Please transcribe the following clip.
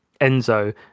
Enzo